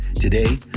Today